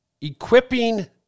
equipping